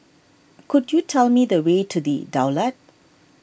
could you tell me the way to the Daulat